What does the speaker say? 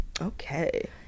Okay